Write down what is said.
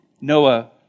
Noah